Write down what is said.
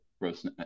gross